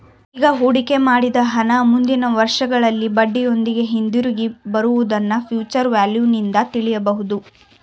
ಈಗ ಹೂಡಿಕೆ ಮಾಡಿದ ಹಣ ಮುಂದಿನ ವರ್ಷಗಳಲ್ಲಿ ಬಡ್ಡಿಯೊಂದಿಗೆ ಹಿಂದಿರುಗಿ ಬರುವುದನ್ನ ಫ್ಯೂಚರ್ ವ್ಯಾಲ್ಯೂ ನಿಂದು ತಿಳಿಯಬಹುದು